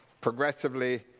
progressively